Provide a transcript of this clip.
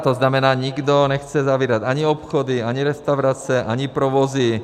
To znamená, nikdo nechce zavírat ani obchody, ani restaurace, ani provozy.